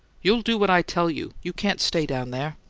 you'll do what i tell you. you can't stay down there.